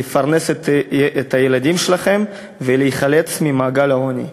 לפרנס את הילדים שלכם ולהיחלץ ממעגל העוני.